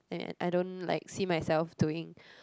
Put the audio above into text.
and I don't like see myself doing